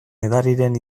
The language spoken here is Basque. edariren